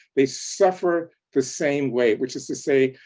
they suffer the same way, which is to say,